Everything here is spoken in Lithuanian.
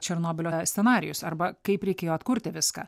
černobylio scenarijus arba kaip reikėjo atkurti viską